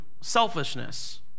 selfishness